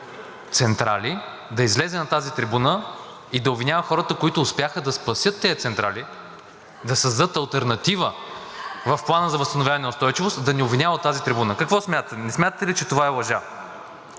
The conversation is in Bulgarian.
да излезе на тази трибуна и да обвинява хората, които успяха да спасят тези централи, да създадат алтернатива в Плана за възстановяване и устойчивост, да ни обвинява от тази трибуна? Какво смятате – не смятате ли, че това е лъжа?